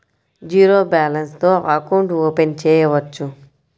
Zero balance తో account open చేయవచ్చు?